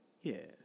Yes